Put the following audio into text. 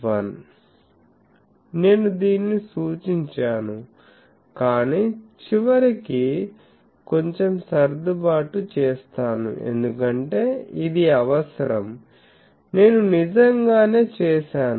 నేను దీనిని సూచించాను కాని చివరికి కొంచెం సర్దుబాటు చేస్తాను ఎందుకంటే ఇది అవసరం నేను నిజంగానే చేసాను